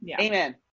Amen